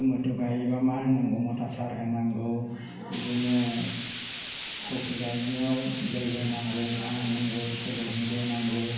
थमेथ' गायोब्ला मा होनांगौ हासार होनांगौ बिदिनो खबि गायनायाव दै होनांगौ मा होनांगौ सोलोजों बोनांगौ